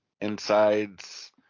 insides